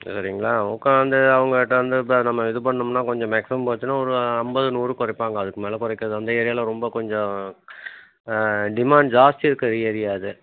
சரிங்களா உட்காந்து அவங்கக்கிட்ட வந்து இப்போ நம்ம இது பண்ணோம்னா கொஞ்சம் மேக்ஸிமம் பார்த்தீன்னா ஒரு ஐம்பது நூறு குறைப்பாங்க அதுக்கு மேலே குறைக்கிறது வந்து ஏரியாவில ரொம்ப கொஞ்சம் டிமாண்ட் ஜாஸ்தி இருக்க ஏரியா அது